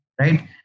Right